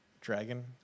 Dragon